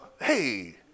Hey